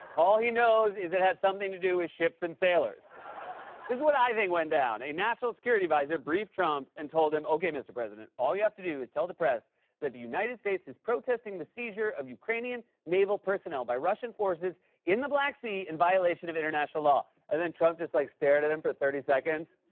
all he knows is it had something to do with ships and sailors. this is what i think went down. the national security advisor briefed trump and told him, okay, mr. president, all you have to do is tell the press that the united states is protesting the seizure of ukrainian naval personnel by russian forces in the black sea in violation of international law. and then trump just, like, stared at him for thirty seconds,